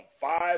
five